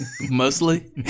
mostly